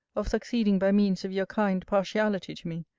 of succeeding by means of your kind partiality to me,